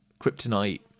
Kryptonite